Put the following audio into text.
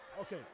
Okay